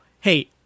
hey